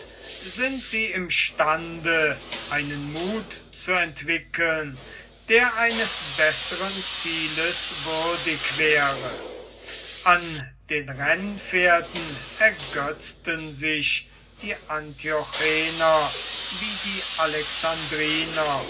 sind sie imstande einen mut zu entwickeln der eines besseren zieles würdig wäre an den rennpferden ergötzten sich die antiochener wie die